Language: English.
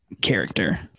character